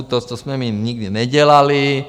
To jsme my nikdy nedělali.